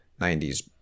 90s